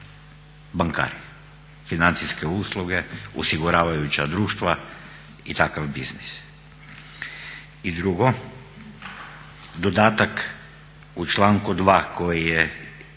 bankari, financijske usluge, osiguravajuća društva i takav biznis. I drugo, dodatak u članku 2. koji je nakon